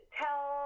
tell